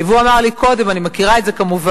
והוא אמר לי קודם, ואני מכירה את זה כמובן,